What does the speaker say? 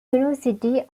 university